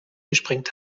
gesprengt